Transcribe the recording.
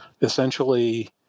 Essentially